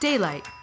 Daylight